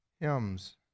hymns